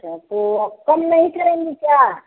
अच्छा तो कम नहीं करेंगी क्या